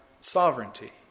sovereignty